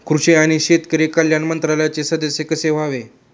कृषी आणि शेतकरी कल्याण मंत्रालयाचे सदस्य कसे व्हावे?